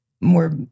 more